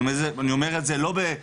אני אומר את זה לא ב-,